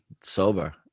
sober